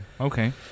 okay